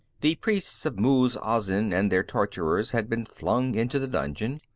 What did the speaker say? the priests of muz-azin and their torturers had been flung into the dungeon.